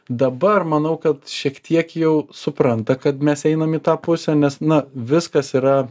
dabar manau kad šiek tiek jau supranta kad mes einam į tą pusę nes na viskas yra